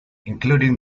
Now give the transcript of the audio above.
including